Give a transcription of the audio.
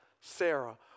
Sarah